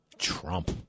Trump